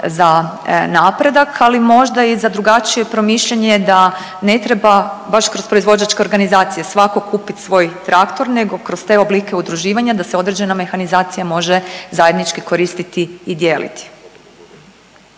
za napredak, ali možda i za drugačije promišljanje, da ne treba, baš kroz proizvođačke organizacije svatko kupiti svoj traktor nego kroz te oblike udruživanja, da se određena mehanizacija može zajednički koristiti i dijeliti.